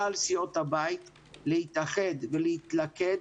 כלל סיעות הבית - להתאחד ולהתלכד.